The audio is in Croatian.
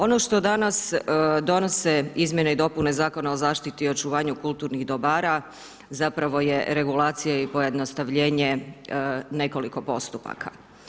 Ono što danas donose izmjene i dopune zakona o zaštiti i očuvanju kulturnih dobara zapravo je regulacija i pojednostavljenje nekoliko postupaka.